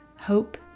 hope